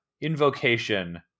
invocation